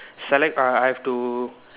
select uh I have to